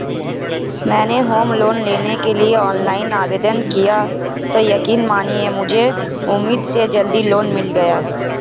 मैंने home loan लेने के लिए ऑनलाइन आवेदन किया तो यकीन मानिए मुझे उम्मीद से जल्दी लोन मिल गया